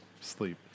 sleep